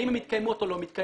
האם הן מתקיימות או לא מתקיימות.